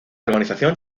organización